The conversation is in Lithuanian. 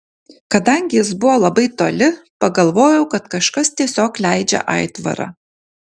kadangi jis buvo labai toli pagalvojau kad kažkas tiesiog leidžia aitvarą